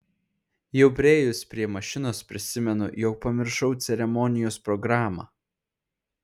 jau priėjus prie mašinos prisimenu jog pamiršau ceremonijos programą